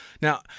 Now